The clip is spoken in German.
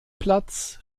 platz